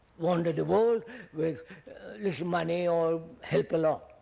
wander the world with little money, or help along.